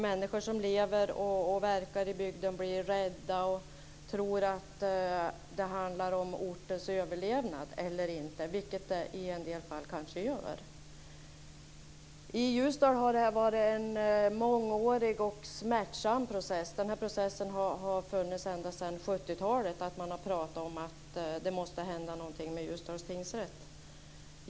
Människor som lever och verkar i bygden blir rädda och tror att det handlar om ortens överlevnad, vilket det i en del fall kanske gör. I Ljusdal har det varit en mångårig och smärtsam process. Den har pågått ända sedan 70-talet, och man har pratat om att det måste hända något med Ljusdals tingsrätt.